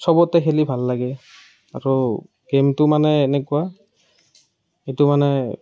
সবতে খেলি ভাল লাগে আৰু গেমটো মানে এনেকুৱা এইটো মানে